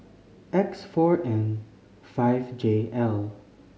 X four N five J L